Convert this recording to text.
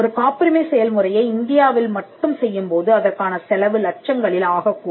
ஒரு காப்புரிமை செயல்முறையை இந்தியாவில் மட்டும் செய்யும்போது அதற்கான செலவு லட்சங்களில் ஆகக்கூடும்